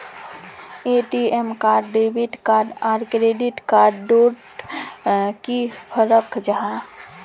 ATM card debit card आर credit card डोट की फरक जाहा?